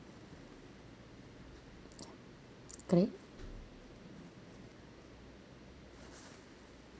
curry